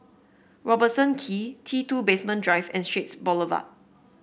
Robertson Quay T two Basement Drive and Straits Boulevard